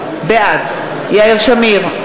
בעד יאיר שמיר,